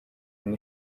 ine